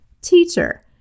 Teacher